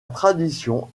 tradition